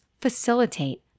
facilitate